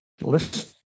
Listen